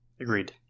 Agreed